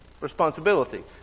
responsibility